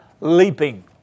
leaping